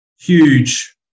huge